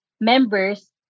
members